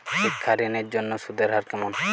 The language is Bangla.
শিক্ষা ঋণ এর জন্য সুদের হার কেমন?